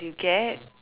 get